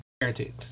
Guaranteed